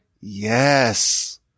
yes